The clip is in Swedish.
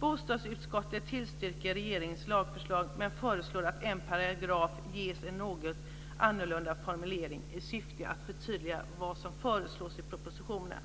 Bostadsutskottet tillstyrker regeringens lagförslag men föreslår att en paragraf ges en något annorlunda formulering i syfte att förtydliga vad som föreslås i propositionen.